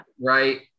Right